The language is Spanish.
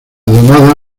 donada